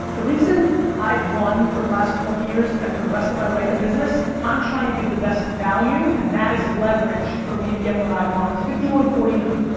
the reason i've won for the last twenty years, and for the rest of my life in business, i'm trying to give the best value, and that is leverage for me to get what i want. fifty one forty nine.